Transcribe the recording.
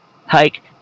hike